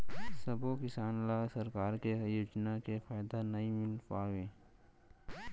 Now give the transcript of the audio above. सबो किसान ल सरकार के योजना के फायदा नइ मिल पावय